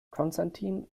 konstantin